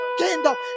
kingdom